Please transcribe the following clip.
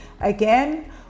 again